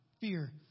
Fear